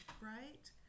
right